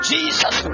Jesus